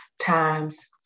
times